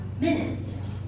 minutes